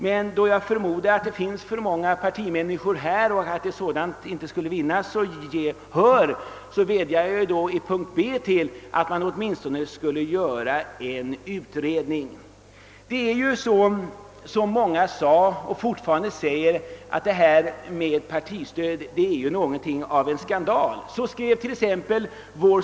Men då jag förmodar att det finns alltför många partimänniskor här i kammaren för att denna uppfattning skall kunna vinna gehör har jag i ett annat stycke vädjat att det åtminstone skall göras en utredning. Som många sagt och fortfarande också hävdar är partistödet något av en skandal. Exempelvis vår.